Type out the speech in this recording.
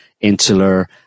insular